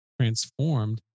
transformed